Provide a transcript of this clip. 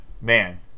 man